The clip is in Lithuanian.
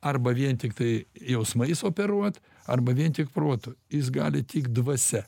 arba vien tiktai jausmais operuot arba vien tik protu jis gali tik dvasia